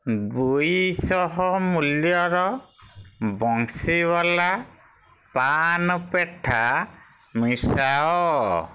ଦୁଇଶହ ମୂଲ୍ୟର ବଂଶୀୱାଲା ପାନ୍ ପେଠା ମିଶାଅ